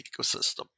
ecosystem